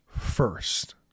first